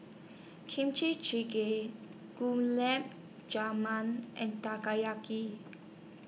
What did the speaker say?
Kimchi Jjigae Gulab Jamun and